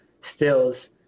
stills